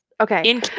Okay